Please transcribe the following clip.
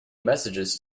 messages